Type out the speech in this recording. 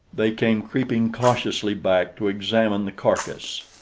they came creeping cautiously back to examine the carcass.